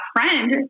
friend